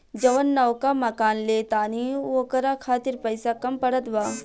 जवन नवका मकान ले तानी न ओकरा खातिर पइसा कम पड़त बा